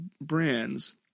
brands